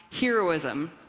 Heroism